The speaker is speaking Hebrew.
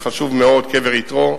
קבר יתרו,